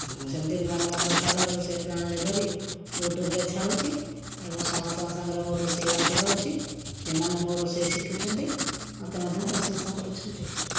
ମୁଁ ସେମିତି ନୂଆ ନୂଆ ପ୍ରକାରର ରୋଷେଇ ପ୍ରଣାଳୀ କରି ୟୁଟ୍ୟୁବରେ ଛାଡ଼ୁଛି ଏବଂ ସମସ୍ତଙ୍କ ସାଙ୍ଗରେ ମୋ ରୋଷେଇ ବାଣ୍ଟିପାରୁଛି ସେମାନେ ମୋ ରୋଷେଇ ଶିଖୁଛନ୍ତି ମୋତେ ମଧ୍ୟ ପ୍ରଂଶସା କରୁଛନ୍ତି